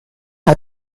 how